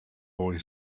boy